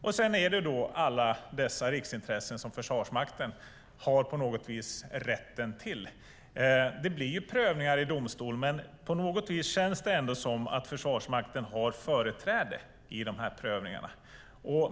Sedan handlar det om alla riksintressen som Försvarsmakten på något vis har rätten till. Det blir prövningar i domstol, men på något vis känns det ändå som att Försvarsmakten har företräde vid dessa prövningar.